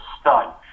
stud